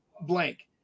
blank